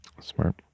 Smart